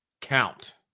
count